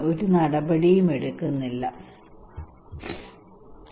ഞാൻ ഒരു നടപടിയും എടുക്കുന്നില്ല ശരി